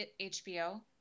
hbo